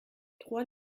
trois